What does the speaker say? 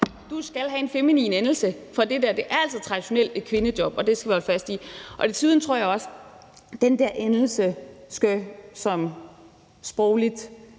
du skal have en feminin endelse, for det der er altså traditionelt et kvindejob, og det skal vi holde fast i. Desuden tror jeg heller ikke længere, at